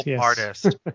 artist